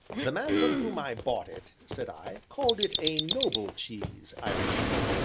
the man from whom i bought it, said i, called it a noble cheese, i remember.